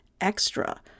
extra